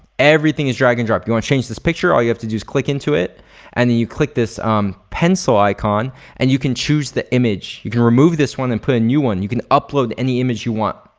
everything is drag and drop. you wanna change this picture all you have to do is click into it and you you click this um pencil icon and you can choose the image. you can remove this one and put a new one. you can upload any image you want.